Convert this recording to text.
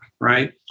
right